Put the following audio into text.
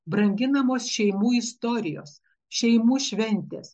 branginamos šeimų istorijos šeimų šventės